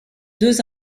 deux